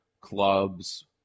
clubs